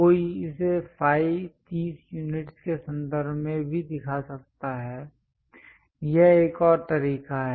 कोई इसे phi 30 units के संदर्भ में भी दिखा सकता है यह एक और तरीका है